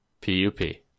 P-U-P